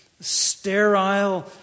sterile